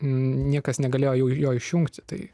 niekas negalėjo jo išjungti tai